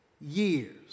years